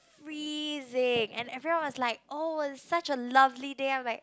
freezing and everyone was like oh such a lovely day I'm like